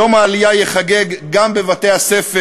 יום העלייה ייחגג גם בבתי-הספר,